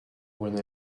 when